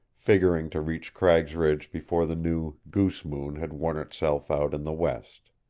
figuring to reach cragg's ridge before the new goose moon had worn itself out in the west.